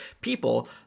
people